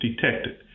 detected